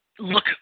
look